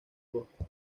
bosque